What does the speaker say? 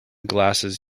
glasses